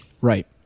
Right